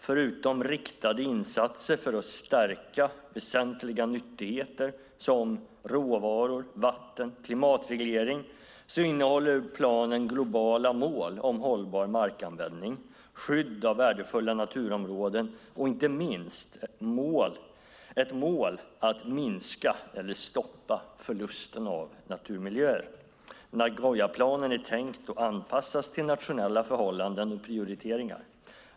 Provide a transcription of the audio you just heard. Förutom riktade insatser för att säkra väsentliga nyttigheter, som råvaror, vatten och klimatreglering, innehåller planen globala mål om hållbar markanvändning, skydd av värdefulla naturområden och inte minst ett mål om att minska eller stoppa förlust av naturmiljöer. Nagoyaplanen är tänkt att anpassas till nationella förhållanden och prioriteringar.